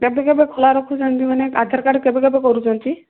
କେବେ କେବେ ଖୋଲା ରଖୁଛନ୍ତି ମାନେ ଆଧାର କାର୍ଡ଼ କେବେ କେବେ କରୁଛନ୍ତି